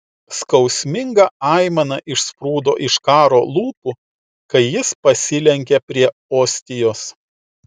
skausminga aimana išsprūdo iš karo lūpų kai jis pasilenkė prie ostijos